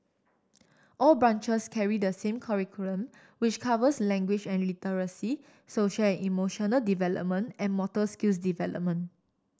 all branches carry the same curriculum which covers language and literacy social and emotional development and motor skills development